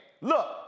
look